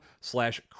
slash